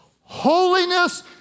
Holiness